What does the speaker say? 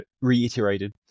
reiterated